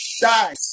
die